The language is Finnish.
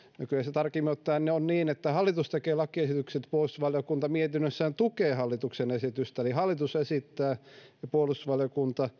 no kyllä se tarkemmin ottaen on niin että hallitus tekee lakiesitykset puolustusvaliokunta mietinnössään tukee hallituksen esitystä eli hallitus esittää ja puolustusvaliokunta